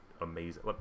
amazing